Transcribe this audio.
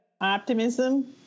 optimism